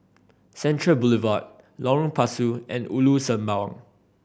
Central Boulevard Lorong Pasu and Ulu Sembawang